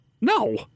No